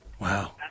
Wow